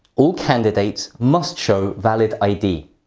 all candidates must show valid id.